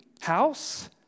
House